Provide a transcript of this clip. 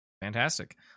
fantastic